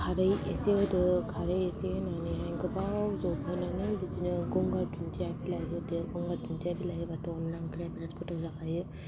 खारै एसे होदो खारै एसे होनानै हाय गोबाव जबहोनानै बिदिनो गंगार दुनदिया बिलाइ होदो गंगार दुनदिया बिलाइ होबाथ' अनला ओंख्रिया बेरात गोथाव जाखायो